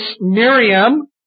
Miriam